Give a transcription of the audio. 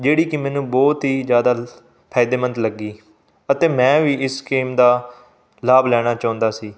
ਜਿਹੜੀ ਕਿ ਮੈਨੂੰ ਬਹੁਤ ਹੀ ਜ਼ਿਆਦਾ ਫਾਇਦੇਮੰਦ ਲੱਗੀ ਅਤੇ ਮੈਂ ਵੀ ਇਸ ਸਕੀਮ ਦਾ ਲਾਭ ਲੈਣਾ ਚਾਹੁੰਦਾ ਸੀ